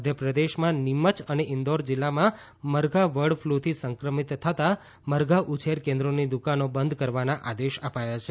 મધ્યપ્રદેશમાં નીમય અને ઈંદોર જીલ્લામાં મરઘા બર્ડ ફ્લૂથી સંક્રમિત થતા મરઘાં ઉછેર કેન્દ્રોની દુકાનો બંધ કરવાના આદેશ આપ્યા છે